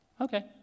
okay